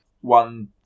one